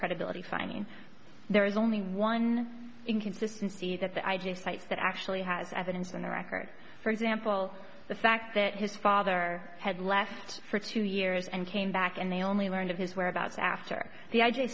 credibility finding there is only one inconsistency that the idea cites that actually has evidence in the record for example the fact that his father had left for two years and came back and they only learned of his whereabouts after the